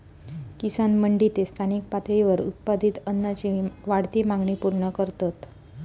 किसान मंडी ते स्थानिक पातळीवर उत्पादित अन्नाची वाढती मागणी पूर्ण करतत